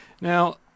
Now